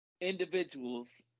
individuals